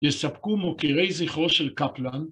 יספקו מוקירי זכרו של קפלן.